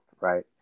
Right